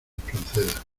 espronceda